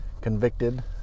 Convicted